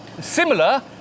Similar